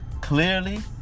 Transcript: clearly